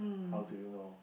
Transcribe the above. how do you know